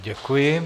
Děkuji.